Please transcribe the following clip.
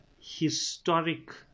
historic